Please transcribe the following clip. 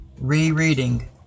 Rereading